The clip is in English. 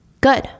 Good